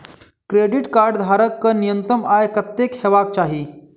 Credit card धारक कऽ न्यूनतम आय कत्तेक हेबाक चाहि?